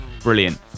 brilliant